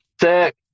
sick